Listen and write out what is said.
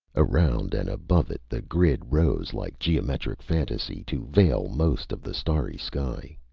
around and above it the grid rose like geometric fantasy to veil most of the starry sky.